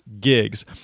gigs